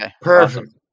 Perfect